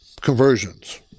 conversions